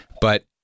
but-